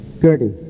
Gertie